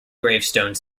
gravestone